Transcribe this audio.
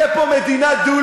די,